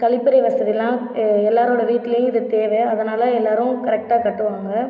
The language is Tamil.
கழிப்பறை வசதில்லாம் எல்லாரோட வீட்டுலேயும் இது தேவை அதனால எல்லோரும் கரெக்டாக கட்டுவாங்கள்